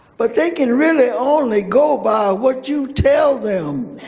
but they can really only go by what you tell them,